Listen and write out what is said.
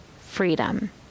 freedom